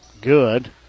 good